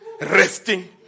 resting